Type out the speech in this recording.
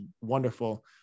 wonderful